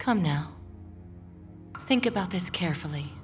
come now think about this carefully